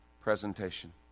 Presentation